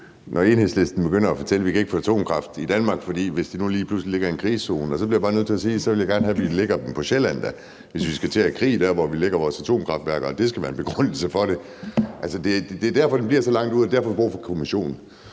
når Enhedslisten begynder at fortælle, at vi ikke kan få atomkraft i Danmark, hvis det nu lige pludselig ligger i en krigszone. Hvis det skulle være en begrundelse for det, er jeg bare nødt til at sige, at så vil jeg da gerne have, at vi lægger dem på Sjælland, hvis vi skal til at have en krig der, hvor vi lægger vores atomkraftværker. Altså, det er derfor, at det bliver så langt ude, og derfor har vi brug for en kommission.